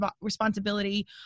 responsibility